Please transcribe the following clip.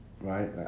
right